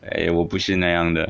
eh 我不是那样的